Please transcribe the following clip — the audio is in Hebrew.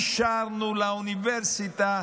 אישרנו לאוניברסיטה.